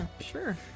sure